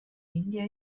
india